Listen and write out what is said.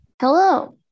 Hello